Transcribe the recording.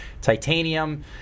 Titanium